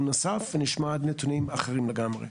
נוסף ונשמע עוד נתונים אחרים לגמרי.